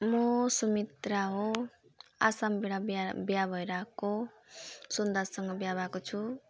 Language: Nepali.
म सुमित्रा हो आसामबाट बिहा बिहा भएर आएको सुन्दाससँग बिहा भएको छु